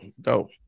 Dope